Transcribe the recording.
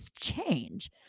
change